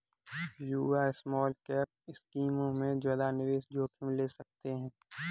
युवा स्मॉलकैप स्कीमों में ज्यादा निवेश जोखिम ले सकते हैं